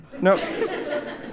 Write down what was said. No